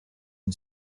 une